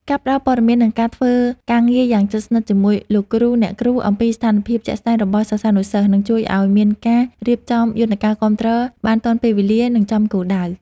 ការផ្ដល់ព័ត៌មាន និងការធ្វើការងារយ៉ាងជិតស្និទ្ធជាមួយលោកគ្រូអ្នកគ្រូអំពីស្ថានភាពជាក់ស្តែងរបស់សិស្សានុសិស្ស នឹងជួយឱ្យមានការរៀបចំយន្តការគាំទ្របានទាន់ពេលវេលា និងចំគោលដៅ។